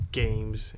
games